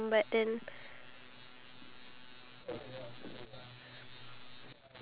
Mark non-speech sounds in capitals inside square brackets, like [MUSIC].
I I can't wait oh ya [NOISE] remember to wake up early okay